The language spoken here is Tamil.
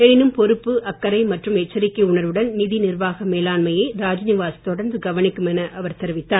எனினும் பொறுப்பு அக்கறை மற்றும் எச்சரிக்கை உணர்வுடன் நிதி நிர்வாக மேலாண்மையை ராஜ்நிவாஸ் தொடர்ந்து கவனிக்கும் என அவர் தெரிவித்துள்ளார்